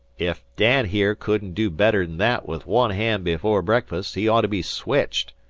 if dan here couldn't do better'n that with one hand before breakfast, he ought to be switched,